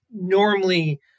normally